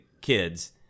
kids